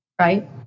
right